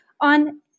on